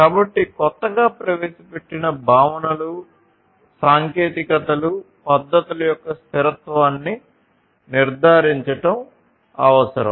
కాబట్టి కొత్తగా ప్రవేశపెట్టిన భావనలు సాంకేతికతలు పద్ధతుల యొక్క స్థిరత్వాన్ని నిర్ధారించడం అవసరం